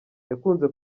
yakunze